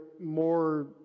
more